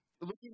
looking